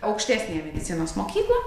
aukštesniąją medicinos mokyklą